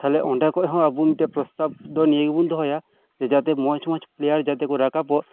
ᱛᱟᱦᱞᱮ ᱚᱸᱰᱮ ᱠᱷᱚᱱ ᱦᱚᱸ ᱟᱵᱚ ᱢᱤᱫ ᱴᱮᱱ ᱯᱨᱚᱥᱛᱟᱵᱽ ᱫᱚ ᱱᱤᱭᱟᱹ ᱜᱮᱵᱚᱱ ᱫᱚᱦᱚᱭᱟ ᱡᱮ ᱡᱟᱛᱮ ᱢᱚᱸᱡᱽ ᱢᱚᱸᱡᱽ ᱯᱞᱮᱭᱟᱨ ᱡᱟᱛᱮ ᱠᱚ ᱨᱟᱠᱟᱵᱚᱜ